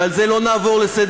ועל זה לא נעבור לסדר-היום,